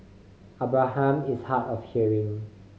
Abraham is hard of hearing